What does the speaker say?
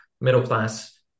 middle-class